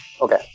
okay